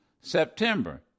September